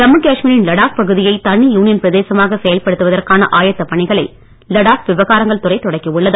ஜம்மு காஷ்மீரின் லடாக் பகுதியை தனி யூனியன் பிரதேசமாக செயல்படுத்துவதற்கான ஆயத்தப் பணிகளை லடாக் விவகாரங்கள் துறை தொடக்கியுள்ளது